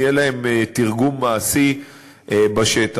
יהיה להן תרגום מעשי בשטח.